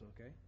Okay